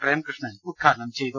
പ്രേംകൃഷ്ണൻ ഉദ്ഘാടനം ചെയ്തു